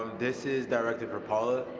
this is directed for paula.